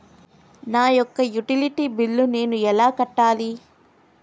నా యొక్క utility bill నేను ఎలా కట్టాలి?